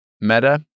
meta